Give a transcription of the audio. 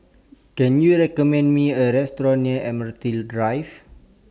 Can YOU recommend Me A Restaurant near Admiralty Drive